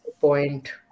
point